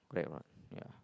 correct [what] yeah